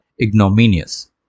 ignominious